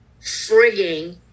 frigging